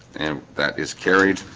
and that is carried.